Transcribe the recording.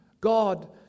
God